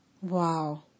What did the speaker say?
Wow